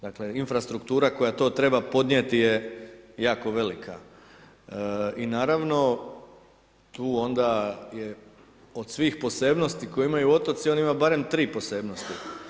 Dakle, infrastruktura koja to treba podnijeti je jako velika i naravno tu onda je od svih posebnosti koje imaju otoci, on ima barem 3 posebnosti.